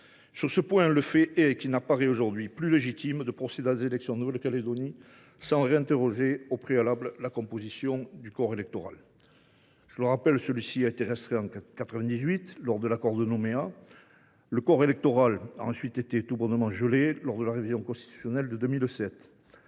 Sur ce point, le fait est qu’il n’apparaît plus légitime aujourd’hui de procéder à des élections en Nouvelle Calédonie sans réinterroger au préalable la composition du corps électoral. Je le rappelle, celui ci a été restreint en 1998 à la suite de l’accord de Nouméa. Le corps électoral a ensuite été tout bonnement gelé lors de la révision constitutionnelle de 2007.